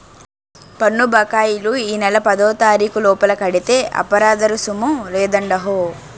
పన్ను బకాయిలు ఈ నెల పదోతారీకు లోపల కడితే అపరాదరుసుము లేదండహో